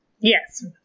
Yes